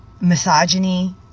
misogyny